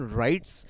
rights